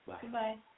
Goodbye